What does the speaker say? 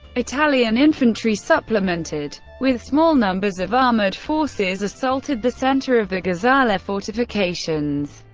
italian infantry supplemented with small numbers of armoured forces assaulted the centre of the gazala fortifications.